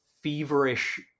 feverish